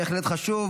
בהחלט חשוב.